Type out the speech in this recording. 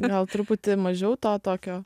gal truputį mažiau to tokio